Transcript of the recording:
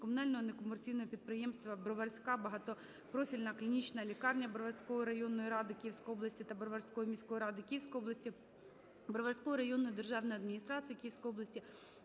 комунального некомерційного підприємства "Броварська багатопрофільна клінічна лікарня" Броварської районної ради Київської області та Броварської міської ради Київської області, Броварської районної державної адміністрації Київської області,